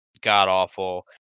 god-awful